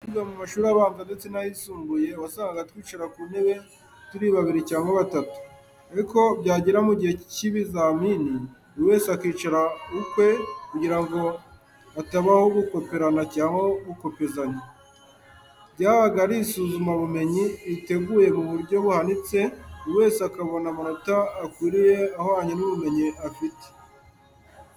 Twiga mu mashuri abanza ndetse no mu yisumbuye, wasangaga twicara ku ntebe turi babiri cyangwa batatu. Ariko byagera mu gihe cy’ibizamini, buri wese akicara ukwe kugira ngo hatabaho gukoperana cyangwa gukopezanya. Ryabaga ari isuzumabumenyi riteguwe mu buryo buhanitse, buri wese akabona amanota akwiriye ahwanye n’ubumenyi afite.